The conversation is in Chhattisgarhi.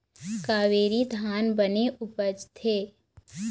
कावेरी धान बने उपजथे?